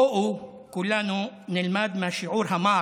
בואו כולנו נלמד מהשיעור המר